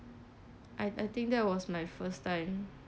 I I think that was my first time